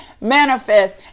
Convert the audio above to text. manifest